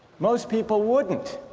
most people wouldn't.